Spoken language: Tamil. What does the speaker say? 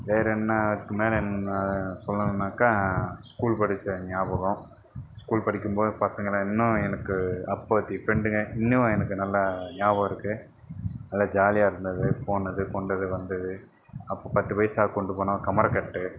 வேறே என்ன அதுக்கு மேல என்ன சொல்லணுனாக்க ஸ்கூல் படித்த ஞாபகம் ஸ்கூல் படிக்கும்போது பசங்கலாம் இன்னும் எனக்கு அப்பதிக்கு ஃபிரண்டுங்க இன்னும் எனக்கு நல்லா ஞாபகம் இருக்குது நல்ல ஜாலியாகருந்தது போனது கொண்டது வந்தது அப்போ பத்து பைசா கொண்டு போனால் கமர்க்கட்டு